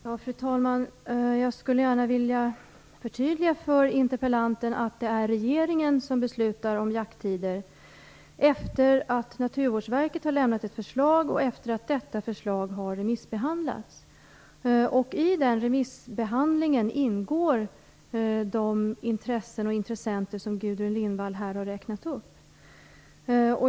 Fru talman! Jag skulle gärna vilja förtydliga för interpellanten att det är regeringen som beslutar om jakttider, sedan Naturvårdsverket har lämnat ett förslag och detta förslag har remissbehandlats. I den remissbehandlingen ingår de intressen och intressenter som Gudrun Lindvall här har räknat upp.